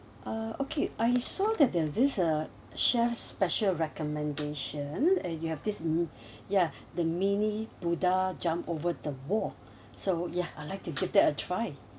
uh okay I saw that there're this uh chef's special recommendation and you have this mm ya the mini buddha jump over the wall so yeah I'd like to give that a try